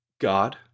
God